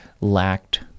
lacked